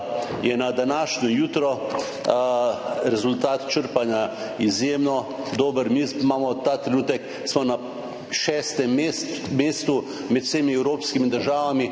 je na današnje jutro rezultat črpanja izjemno dober. Mi smo ta trenutek na šestem mestu med vsemi evropskimi državami,